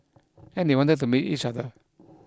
and they wanted to meet each other